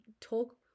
talk